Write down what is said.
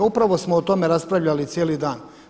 Upravo smo o tome raspravljali cijeli dan.